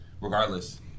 Regardless